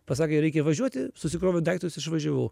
pasakė reikia važiuoti susikroviau daiktus išvažiavau